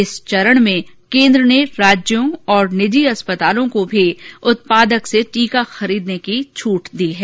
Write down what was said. इस चरण में केन्द्र ने राज्यों और निजी अस्पतालों को भी उत्पादक से टीका खरीदने का भी छूट दी है